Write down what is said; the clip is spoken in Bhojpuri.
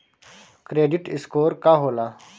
क्रेडिट स्कोर का होला?